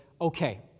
okay